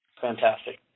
Fantastic